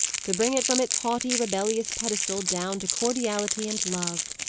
to bring it from its haughty, rebellious pedestal, down to cordiality and love.